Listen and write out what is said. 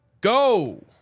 go